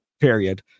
period